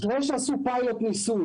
אחרי שעשו פיילוט ניסוי,